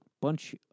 bunch